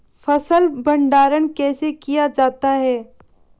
फ़सल भंडारण कैसे किया जाता है?